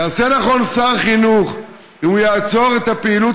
יעשה נכון שר החינוך אם הוא יעצור את הפעילות